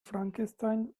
frankenstein